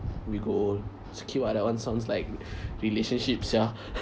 we grow old it's cute ah that one sounds like relationship sia